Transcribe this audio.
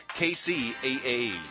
KCAA